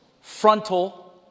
frontal